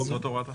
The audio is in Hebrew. זאת הוראת השעה.